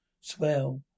Swell